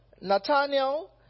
Nathaniel